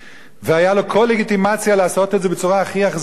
והיתה לו כל לגיטימציה לעשות את זה בצורה הכי אכזרית,